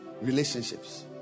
relationships